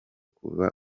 kuva